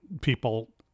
people